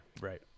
Right